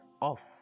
off